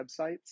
websites